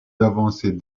d’avancer